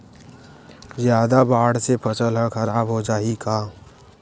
जादा बाढ़ से फसल ह खराब हो जाहि का?